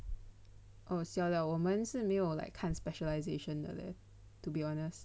oh siao liao 我们是没有 like 看 specialisation 的 leh to be honest